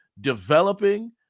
developing